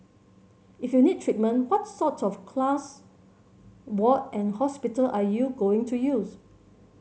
if you need treatment what's sort of class ward and hospital are you going to use